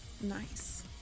Nice